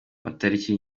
amatariki